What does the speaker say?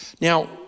Now